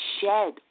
shed